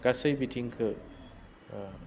गासै बिथिंखौ